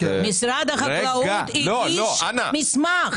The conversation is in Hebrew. משרד החקלאות הגיש מסמך.